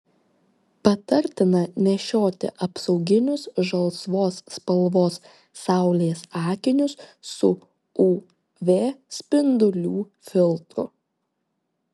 patartina nešioti apsauginius žalsvos spalvos saulės akinius su uv spindulių filtru